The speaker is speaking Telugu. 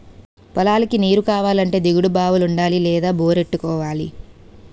పొలాలకు నీరుకావాలంటే దిగుడు బావులుండాలి లేదా బోరెట్టుకోవాలి